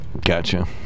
Gotcha